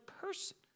person